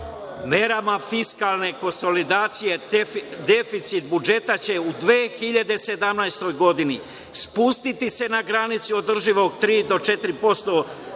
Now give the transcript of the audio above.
merama fiskalne konsolidacije deficit budžeta će u 2017. godini spustiti se na granici održivog tri do četiri